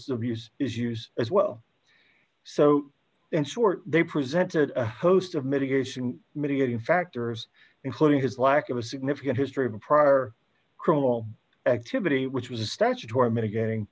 of use is used as well so in short they presented a host of mitigation mitigating factors including his lack of a significant history prior criminal activity which was a statutory mitigating